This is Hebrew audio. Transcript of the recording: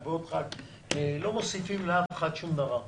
ועוד חבר כנסת לא מוסיפים לאף אחד שום דבר.